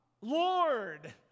Lord